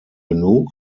genug